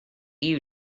you